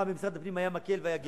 פעם במשרד הפנים היה מקל והיה גזר,